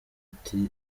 iti